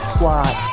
Squad